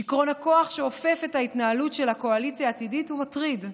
שיכרון הכוח שאופף את ההתנהלות של הקואליציה העתידית הוא מטריד: